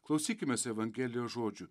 klausykimės evangelijos žodžių